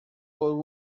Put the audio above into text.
por